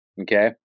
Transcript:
Okay